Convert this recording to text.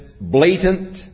blatant